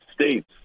states